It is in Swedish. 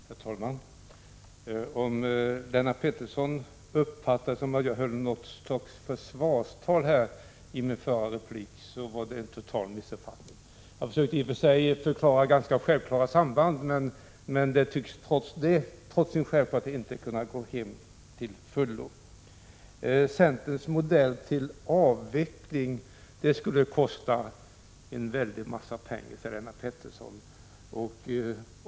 Herr talman! Om Lennart Pettersson uppfattade det som så att jag höll något slags försvarstal i min förra replik var det en total missuppfattning. I och för sig försökte jag förklara ganska självklara samband, men de tycks ändå inte ha gått hem till fullo. Centerns modell till avveckling skulle kosta en väldig massa pengar enligt Lennart Pettersson.